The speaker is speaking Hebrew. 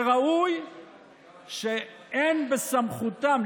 שאין בסמכותם.